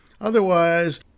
Otherwise